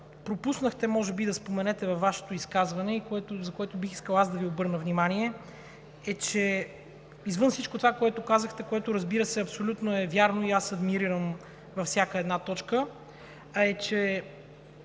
пропуснахте може би да споменете във Вашето изказване, за което бих искал да Ви обърна внимание, е, че извън всичко това, което казахте, което, разбира се, е вярно и адмирирам във всяка една точка, е, че